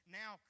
now